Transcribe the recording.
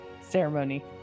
ceremony